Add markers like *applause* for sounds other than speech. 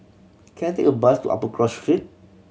*noise* can I take a bus to Upper Cross Street